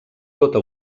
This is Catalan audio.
tota